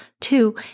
two